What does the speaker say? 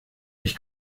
ich